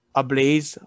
ablaze